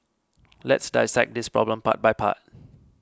let's dissect this problem part by part